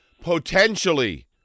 Potentially